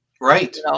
Right